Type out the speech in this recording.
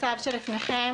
מציג?